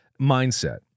mindset